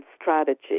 strategy